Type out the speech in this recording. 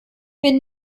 bin